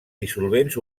dissolvents